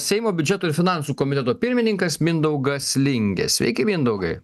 seimo biudžeto ir finansų komiteto pirmininkas mindaugas lingė sveiki mindaugai